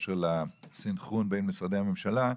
בקשר לסנכרון בין משרדי הממשלה,